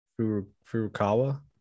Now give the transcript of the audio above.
Furukawa